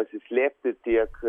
pasislėpti tiek